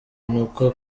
niko